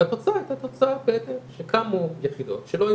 והתוצאה הייתה תוצאה בהתאם שקמו יחידות שלא היו